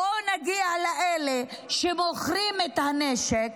בואו נגיע לאלה שמוכרים את הנשק,